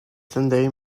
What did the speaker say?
sunday